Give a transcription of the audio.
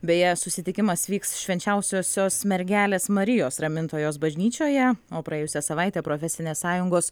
beje susitikimas vyks švenčiausiosios mergelės marijos ramintojos bažnyčioje o praėjusią savaitę profesinės sąjungos